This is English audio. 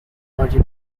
party